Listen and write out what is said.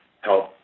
help